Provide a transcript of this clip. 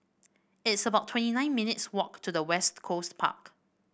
it's about twenty nine minutes' walk to West Coast Park